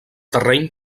terreny